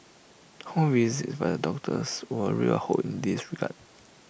home visits by the doctors were A ray of hope in this regard